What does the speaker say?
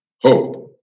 hope